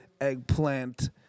eggplant